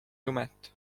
jumet